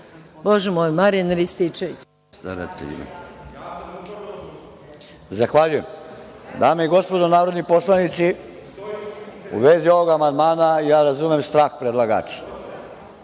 **Marijan Rističević** Zahvaljujem. Dame i gospodo narodni poslanici, u vezi ovog amandmana ja razumem strah predlagača.